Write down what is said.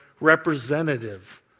representative